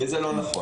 זה לא נכון.